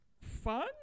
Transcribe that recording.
fun